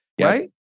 Right